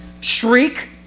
shriek